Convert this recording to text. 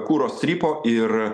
kuro strypo ir